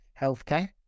healthcare